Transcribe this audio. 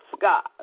God